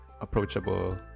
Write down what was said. approachable